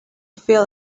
feel